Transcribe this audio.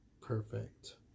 perfect